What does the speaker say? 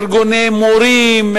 ארגוני מורים,